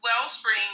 wellspring